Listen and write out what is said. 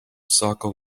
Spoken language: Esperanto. sako